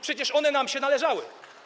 Przecież one nam się należały.